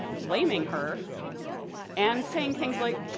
blaming her and saying things like,